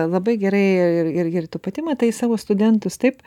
labai gerai ir ir tu pati matai savo studentus taip